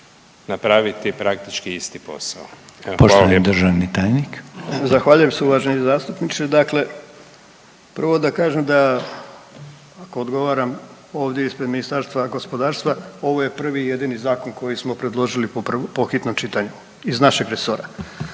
Poštovani državni tajnik. **Horvat, Mile (SDSS)** Zahvaljujem se uvaženi zastupniče, dakle, prvo da kažem da odgovaram ovdje ispred Ministarstva gospodarstva, ovo je prvi i jedini zakon koji smo predložili po hitnom čitanju iz našeg resora.